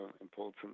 important